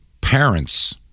parents